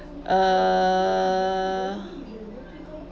err